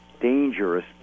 dangerous